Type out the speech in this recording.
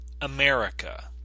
America